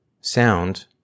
sound